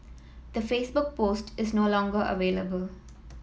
the Facebook post is no longer available